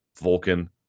Vulcan